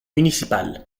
municipal